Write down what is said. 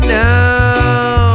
now